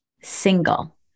single